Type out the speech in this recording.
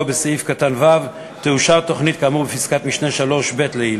בסעיף קטן (ו) תאושר תוכנית כאמור בפסקת משנה (2) לעיל.